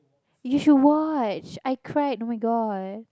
you should watch I cried oh-my-god